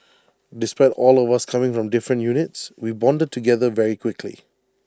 despite all of us coming from different units we bonded together very quickly